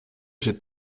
się